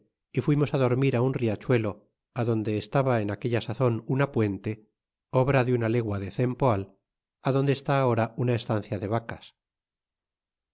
y fuimos á dormir á un riachuelo adonde estaba en aquella sazon una puente obra de una legua de cempoal adonde está ahora una estancia de vacas